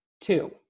two